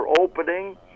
opening